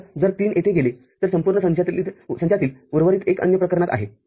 तर जर तीन येथे गेले तरसंपूर्ण संचातील उर्वरित एक अन्य प्रकरणात आहे